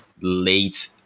late